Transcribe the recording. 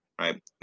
right